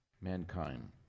mankind